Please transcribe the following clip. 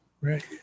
Right